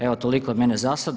Evo toliko od mene za sad.